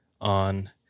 on